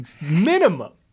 Minimum